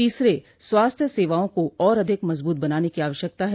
तीसरे स्वास्थ्य सेवाओं को और अधिक मजबूत बनाने को आवश्यकता है